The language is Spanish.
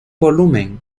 volumen